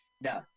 No